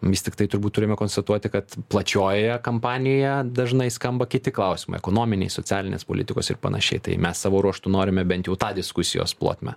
vis tiktai turbūt turime konstatuoti kad plačiojoje kampanijoje dažnai skamba kiti klausimai ekonominiai socialinės politikos ir panašiai tai mes savo ruožtu norime bent jau tą diskusijos plotmę